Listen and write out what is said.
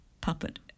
puppet